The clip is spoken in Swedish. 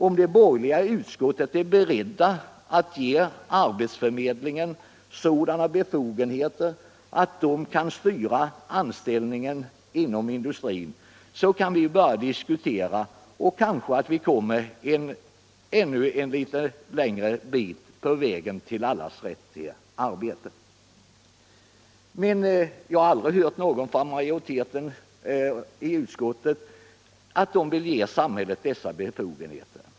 Om de borgerliga I utskottet är beredda att biträda ett sådant förslag, kan vi börja diskutera, och vi kanske kan komma ännu en bit på vägen till allas rätt till arbete. Men majoriteten i utskowtet vill inte ge samhället dessa befogenheter.